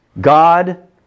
God